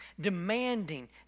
demanding